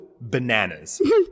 bananas